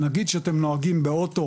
נגיד שאתם נוהגים באוטו